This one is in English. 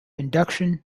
induction